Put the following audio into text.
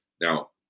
Now